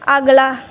ਅਗਲਾ